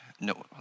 No